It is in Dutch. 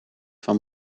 van